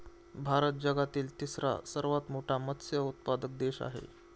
भारत जगातील तिसरा सर्वात मोठा मत्स्य उत्पादक देश आहे